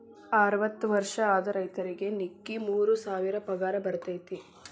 ಅರ್ವತ್ತ ವರ್ಷ ಆದ ರೈತರಿಗೆ ನಿಕ್ಕಿ ಮೂರ ಸಾವಿರ ಪಗಾರ ಬರ್ತೈತಿ